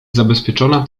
zabezpieczona